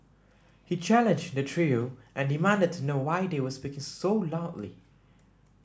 he challenged the trio and demanded to know why they were speaking so loudly